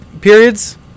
periods